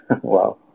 Wow